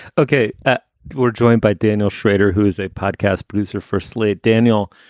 ok. we're joined by daniel shrader, who is a podcast producer for slate. daniel,